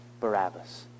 Barabbas